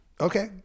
okay